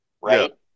right